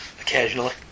Occasionally